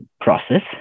process